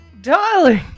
Darling